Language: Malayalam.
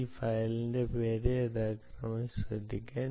ഈ ഫയലിന്റെ പേര് ദയവായി ശ്രദ്ധിക്കുക